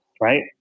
right